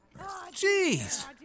jeez